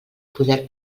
poder